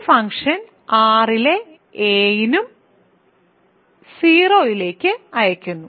ഈ function R ലെ എല്ലാ 'a' നും 0 ലേക്ക് അയയ്ക്കുന്നു